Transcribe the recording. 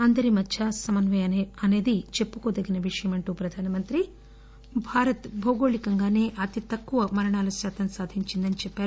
అందరి మధ్యా సమన్వయం అసేది చెప్పుకోదగిన విషయమంటూ ప్రధానమంత్రి భారత్ భౌగోళికంగాసే అతితక్కువ మరణాల శాతం సాధించిందని చెప్పారు